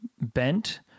bent